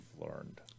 learned